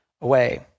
away